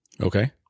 Okay